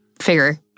figure